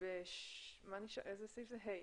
בסעיף (ה),